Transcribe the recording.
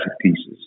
pieces